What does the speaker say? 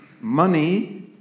money